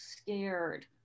scared